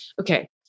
Okay